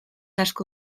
asko